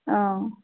অঁ